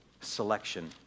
selection